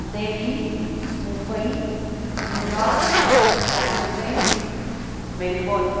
Delhi Mumbai New York सेन् ओज़ेर् Melbourne